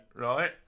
right